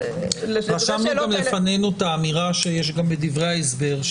לגבי השאלות האלה --- רשמנו גם לפנינו את האמירה שיש גם בדברי ההסבר,